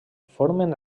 formen